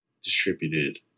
distributed